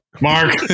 Mark